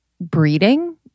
breeding